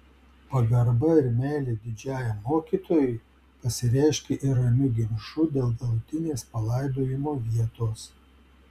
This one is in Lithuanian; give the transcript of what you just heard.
pagarba ir meilė didžiajam mokytojui pasireiškė ir ramiu ginču dėl galutinės palaidojimo vietos